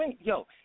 yo